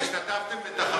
תודה,